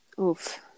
Oof